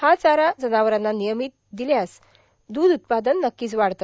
हा चारा जनावरांना नियमित दिल्यास दूध उत्पादन नक्कीच वाढते